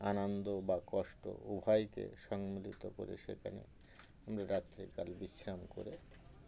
আনন্দ বা কষ্ট উভয়কে সম্মিলিত করে সেখানে আমরা রাত্রিকাল বিশ্রাম করে